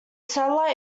satellite